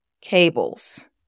cables